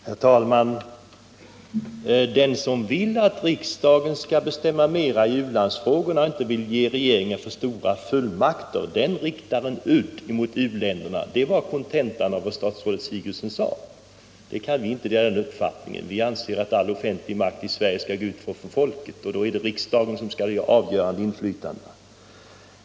Herr talman! Den som vill att riksdagen skall bestämma mera i ulandsfrågorna och inte vill ge regeringen för stora fullmakter riktar udden mot u-länderna — det var kontentan av vad statsrådet Sigurdsen sade. Vi kan inte dela den uppfattningen. Vi anser att all offentlig makt i Sverige skall utgå från folket och att riksdagen skall ha det avgörande inflytandet.